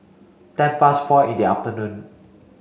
ten past four in the afternoon